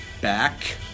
back